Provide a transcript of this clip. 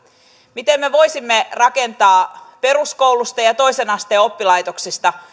miten me voisimme rakentaa peruskoulusta ja ja toisen asteen oppilaitoksista